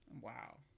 Wow